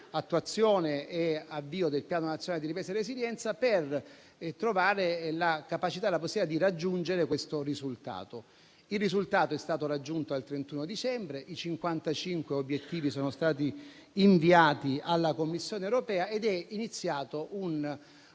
all'attuazione e all'avvio del Piano nazionale di ripresa e resilienza, per trovare il modo di raggiungere questo risultato. Il risultato è stato raggiunto al 31 dicembre: i 55 obiettivi sono stati inviati alla Commissione europea ed è iniziato un